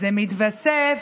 זה מתווסף,